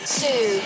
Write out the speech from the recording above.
two